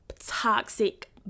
toxic